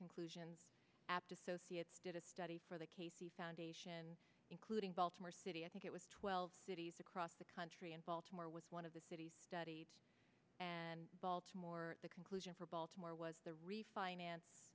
conclusions abt associates did a study for the casey foundation including baltimore city i think it was twelve cities across the country in baltimore with one of the cities studied and baltimore the conclusion for baltimore was the refinance